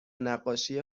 نقاشی